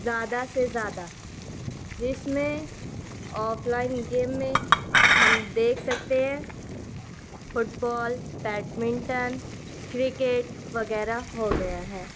زیادہ سے زیادہ جس میں آف لائن گیم میں ہم دیکھ سکتے ہیں فٹ بال بیٹمنٹن کریکٹ وغیرہ ہو گیا ہے